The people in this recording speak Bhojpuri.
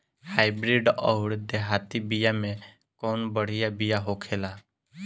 हाइब्रिड अउर देहाती बिया मे कउन बढ़िया बिया होखेला?